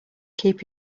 keep